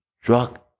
drug